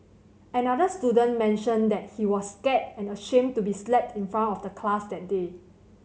another student mentioned that he was scared and ashamed to be slapped in front of the class that day